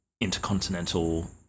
intercontinental